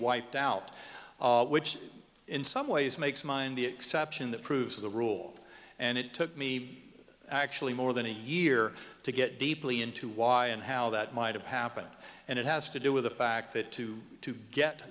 wiped out which in some ways makes mine the exception that proves the rule and it took me actually more than a year to get deeply into why and how that might have happened and it has to do with the fact that to to get